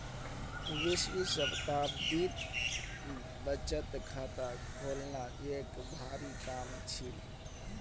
बीसवीं शताब्दीत बचत खाता खोलना एक भारी काम छील